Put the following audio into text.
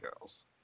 Girls